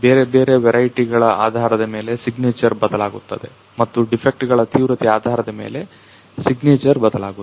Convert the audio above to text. ಬೇರೆಬೇರೆ ವೆರೈಟಿಗಳ ಆಧಾರದ ಮೇಲೆ ಸಿಗ್ನೇಚರ್ ಬದಲಾಗುತ್ತದೆ ಮತ್ತು ಡಿಫೆಕ್ಟ್ ಗಳ ತೀವ್ರತೆ ಆಧಾರದ ಮೇಲೆ ಸಿಗ್ನೇಚರ್ ಬದಲಾಗುತ್ತದೆ